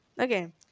Okay